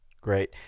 Great